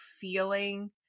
feeling